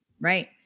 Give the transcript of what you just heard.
Right